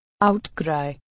outcry